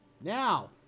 Now